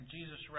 Jesus